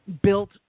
built